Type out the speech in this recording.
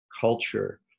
culture